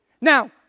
Now